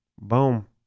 Boom